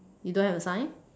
you don't have the sign